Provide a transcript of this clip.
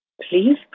Please